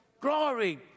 glory